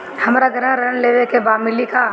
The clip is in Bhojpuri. हमरा गृह ऋण लेवे के बा मिली का?